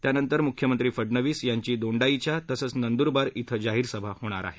त्यानंतर मुख्यमंत्री फडणवीस यांची दोंडाईच्या तसंच नंदुरबार इथं जाहीर सभा होणार आहेत